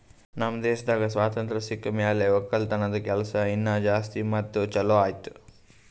ನಮ್ ದೇಶದಾಗ್ ಸ್ವಾತಂತ್ರ ಸಿಕ್ ಮ್ಯಾಲ ಒಕ್ಕಲತನದ ಕೆಲಸ ಇನಾ ಜಾಸ್ತಿ ಮತ್ತ ಛಲೋ ಆಯ್ತು